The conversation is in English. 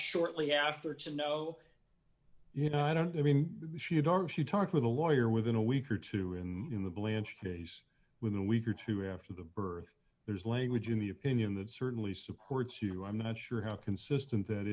shortly after to know you know i don't i mean she had are she talks with a lawyer within a week or two in the blanched case with a week or two after the birth there's language in the opinion that certainly supports you i'm not sure how consistent that